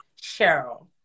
Cheryl